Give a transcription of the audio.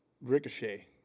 ricochet